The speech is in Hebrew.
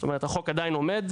זאת אומרת, החוק עדיין עומד.